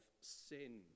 sin